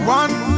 one